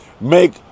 Make